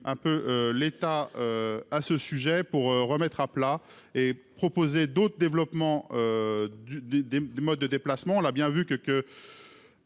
un peu l'état à ce sujet, pour remettre à plat et proposer d'autres développements. Du des, des modes de déplacement, on l'a bien vu que